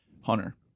Hunter